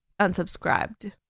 unsubscribed